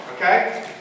okay